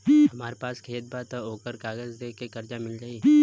हमरा पास खेत बा त ओकर कागज दे के कर्जा मिल जाई?